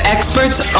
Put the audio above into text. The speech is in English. Experts